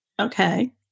Okay